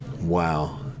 wow